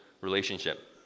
relationship